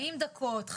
40 דקות,